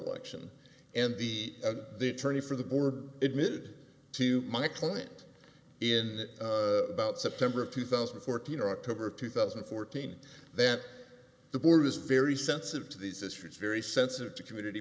lection and the the attorney for the board admitted to my client in about september of two thousand and fourteen or october of two thousand and fourteen that the board is very sensitive to these issues very sensitive to community